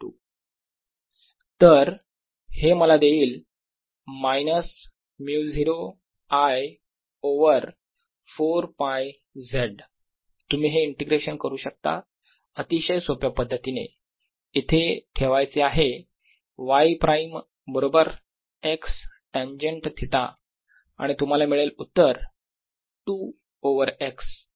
Bx04πI ∞dy zxx2y232 तर हे मला देईल मायनस μ0 I ओवर 4π z तुम्ही हे इंटिग्रेशन करू शकता अतिशय सोप्या पद्धतीने इथे ठेवायचे आहे y प्राईम बरोबर x टेनजेन्ट थिटा आणि तुम्हाला मिळेल उत्तर 2 ओवर x